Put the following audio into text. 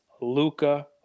Luca